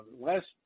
last